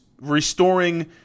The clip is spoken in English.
restoring